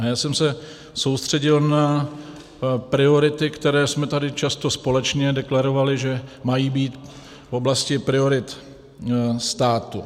Já jsem se soustředil na priority, které jsme tady často společně deklarovali, že mají být v oblasti priorit státu.